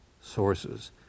sources